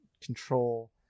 control